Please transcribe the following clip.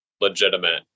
legitimate